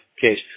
case